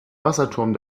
wasserturm